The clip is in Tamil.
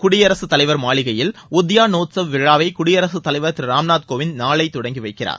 குடியரசுத் தலைவர் மாளிகையில் உத்யாநோத்சவ் விழாவை குடியரசுத் தலைவர் திரு ராம்நாத் கோவிந்த் நாளை தொடங்கி வைக்கிறார்